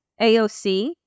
AOC